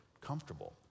comfortable